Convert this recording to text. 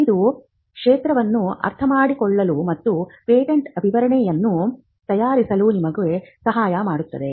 ಇದು ಕ್ಷೇತ್ರವನ್ನು ಅರ್ಥಮಾಡಿಕೊಳ್ಳಲು ಮತ್ತು ಪೇಟೆಂಟ್ ವಿವರಣೆಯನ್ನು ತಯಾರಿಸಲು ನಿಮಗೆ ಸಹಾಯ ಮಾಡುತ್ತದೆ